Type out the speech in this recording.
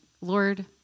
Lord